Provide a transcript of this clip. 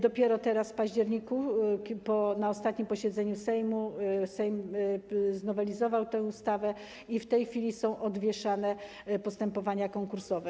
Dopiero teraz, w październiku, na ostatnim posiedzeniu Sejmu, Sejm znowelizował tę ustawę i w tej chwili odwieszane są postępowania konkursowe.